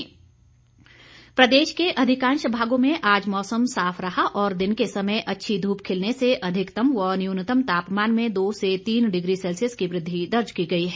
मौसम प्रदेश के अधिकांश भागों में आज मौसम साफ रहा और दिन के समय अच्छी धूप खिलने से अधिकतम व न्यूनतम तापमान में दो से तीन डिग्री सेल्सियस की वृद्धि दर्ज की गई है